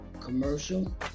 Commercial